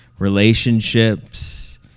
relationships